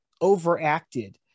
overacted